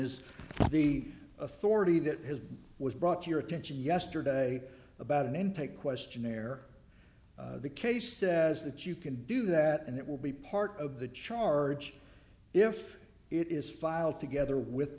is the authority that has was brought to your attention yesterday about an intake questionnaire the case says that you can do that and it will be part of the charge if it is filed together with